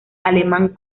alemán